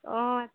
অঁ